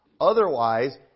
Otherwise